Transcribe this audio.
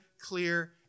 clear